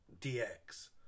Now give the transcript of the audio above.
DX